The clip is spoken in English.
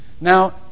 Now